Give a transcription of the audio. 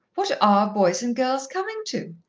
what are boys and girls coming to?